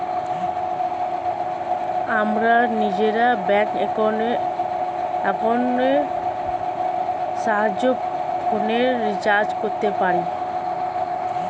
আমরা নিজেরা ব্যাঙ্ক অ্যাকাউন্টের সাহায্যে ফোনের রিচার্জ করতে পারি